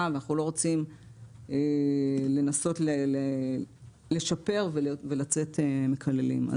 ואנחנו לא רוצים לנסות לשפר ולצאת מקללים.